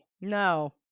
no